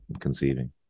conceiving